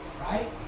right